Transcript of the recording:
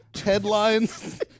headlines